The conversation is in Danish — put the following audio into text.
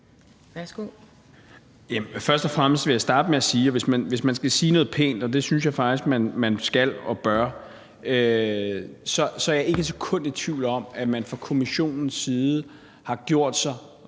Først og fremmest vil jeg starte med at sige, at hvis man skal sige noget pænt – og det synes jeg faktisk man skal og bør – så er jeg ikke et sekund i tvivl om, at man fra Kommissionens side har gjort sig